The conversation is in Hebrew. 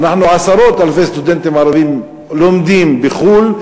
עשרות אלפי סטודנטים ערבים לומדים בחו"ל.